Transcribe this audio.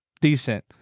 decent